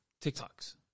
TikToks